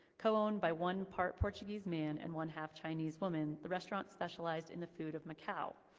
co-owned by one part-portuguese man, and one half-chinese woman, the restaurant specialized in the food of macao,